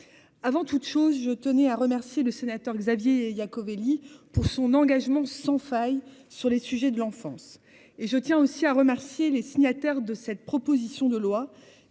Avant toute chose, je tenais à remercier le sénateur Xavier il Iacovelli pour son engagement sans faille sur les sujets de l'enfance et je tiens aussi à remercier les signataires de cette proposition de loi